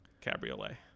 Cabriolet